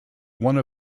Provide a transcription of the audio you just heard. one